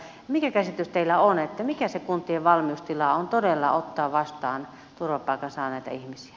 mikä käsitys teillä on mikä se kuntien valmiustila on todella ottaa vastaan turvapaikan saaneita ihmisiä